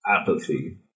apathy